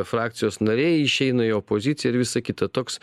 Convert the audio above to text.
frakcijos nariai išeina į opoziciją ir visa kita toks